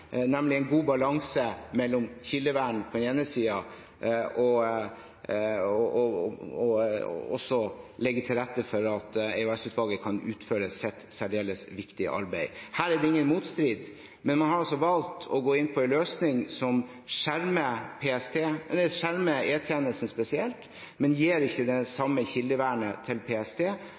nemlig en god balanse mellom kildevern på den ene siden og – på den andre siden – det å legge til rette for at EOS-utvalget kan utføre sitt særdeles viktige arbeid. Her er det ingen motstrid. Men man har altså valgt å gå inn på en løsning som skjermer E-tjenesten spesielt, men ikke gir det samme kildevernet til PST.